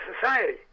society